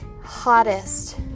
hottest